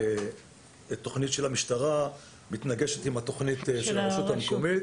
ותכנית של המשטרה לא מתנגשת עם התכנית של הרשות המקומית